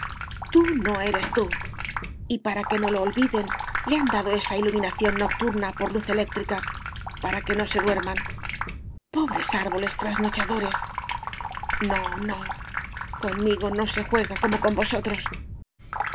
tú no eres tú y para que no lo olviden le han dado esa iluminación nocturna por luz eléctrica para que no se duerman pobres árboles trasnochadores no no conmigo no se juega como con vosotros